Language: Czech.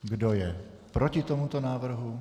Kdo je proti tomuto návrhu?